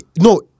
No